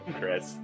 Chris